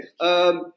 Okay